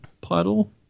puddle